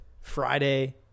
Friday